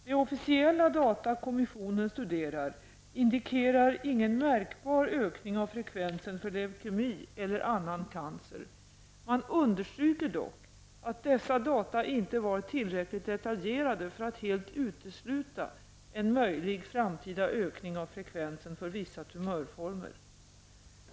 De officiella data kommissionen studerat indikerar ingen märkbar ökning av frekvensen för leukemi eller annan cancer. Man understryker dock att dessa data inte var tillräckligt detaljerade för att helt utesluta en möjlig framtida ökning av frekvensen för vissa tumörformer.